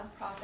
nonprofit